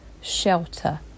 shelter